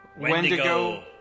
wendigo